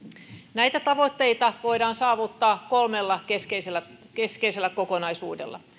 näitä tavoitteita voidaan saavuttaa kolmella keskeisellä keskeisellä kokonaisuudella